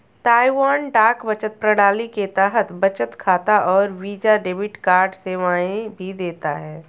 Taiwan डाक बचत प्रणाली के तहत बचत खाता और वीजा डेबिट कार्ड सेवाएं भी देता है